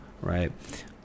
right